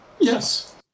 Yes